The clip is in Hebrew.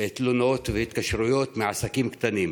תלונות והתקשרויות מעסקים קטנים.